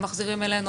הם מחזירים אלינו,